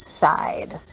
side